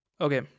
Okay